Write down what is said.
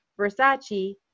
Versace